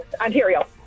Ontario